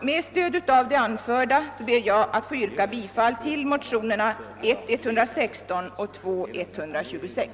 Med stöd av det anförda ber jag att få yrka bifall till motionerna I:116 och II:126.